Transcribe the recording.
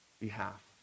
behalf